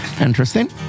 Interesting